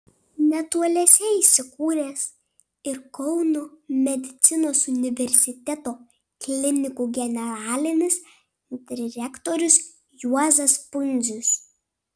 netoliese įsikūręs ir kauno medicinos universiteto klinikų generalinis direktorius juozas pundzius